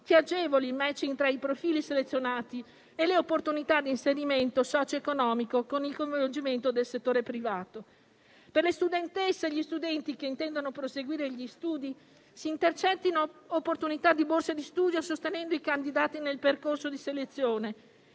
agevoli il *matching* tra i profili selezionati e le opportunità di inserimento socio-economico, con il coinvolgimento del settore privato. Per le studentesse e gli studenti che intendono proseguire gli studi si intercettino opportunità di borse di studio sostenendo i candidati nel percorso di selezione,